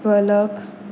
पलक